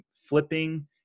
flipping